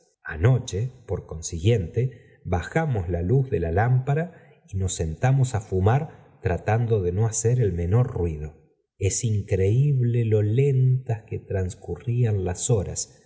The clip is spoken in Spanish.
anoche por consiguiente bajamos la luz do la lámpara y nos sentamos á fumar tratando do no hacer el menor ruido es increíble lo lentas que transcurrían las horas